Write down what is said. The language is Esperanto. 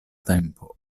tempo